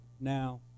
Now